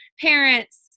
parents